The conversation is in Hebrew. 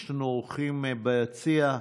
יש לנו אורחים ביציע.